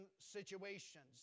situations